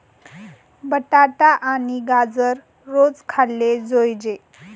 बटाटा आणि गाजर रोज खाल्ले जोयजे